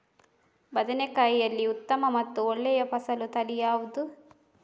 ಬದನೆಕಾಯಿಯಲ್ಲಿ ಉತ್ತಮ ಮತ್ತು ಒಳ್ಳೆಯ ಫಸಲು ತಳಿ ಯಾವ್ದು?